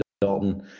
Dalton